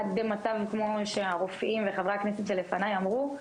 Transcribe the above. עד למצב כמו שהרופאים וחברי הכנסת שלפני אמרו,